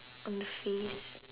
on the face